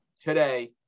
today